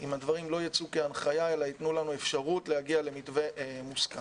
אם הדברים לא יצאו כהנחיה אלא ייתנו לנו אפשרות להגיע למתווה מוסכם.